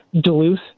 Duluth